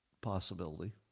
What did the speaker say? possibility